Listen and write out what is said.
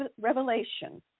revelation